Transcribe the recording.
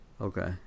Okay